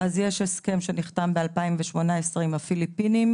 יש הסכם שנחתם ב-2018 עם הפיליפינים